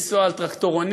לנסוע על טרקטורים,